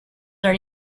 are